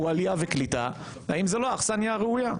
הקליטה והתפוצות):